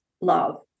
love